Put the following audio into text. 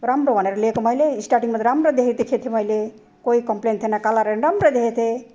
राम्रो भनेर लिएको मैले स्टार्टिङमा त राम्रो देखेको थिएँ मैले कोही कमप्लेन थिएन कलरहरू पनि राम्रो देखेको थिएँ